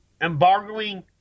embargoing